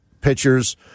pitchers